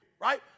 right